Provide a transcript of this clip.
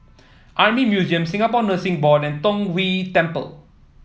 Army Museum Singapore Nursing Board and Tong Whye Temple